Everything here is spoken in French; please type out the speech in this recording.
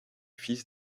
fils